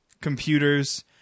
computers